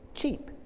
cheap.